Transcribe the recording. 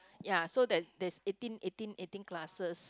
ya so there's there's eighteen eighteen eighteen classes